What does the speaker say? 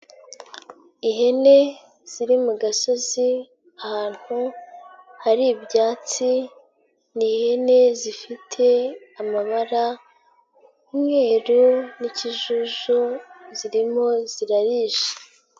Ihene ziri mu gasozi, ahantu hari ibyatsi, ni ihene zifite amabara, umweruru n'ikijuju, zirimo zirarisha.